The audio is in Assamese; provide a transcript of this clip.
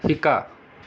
শিকা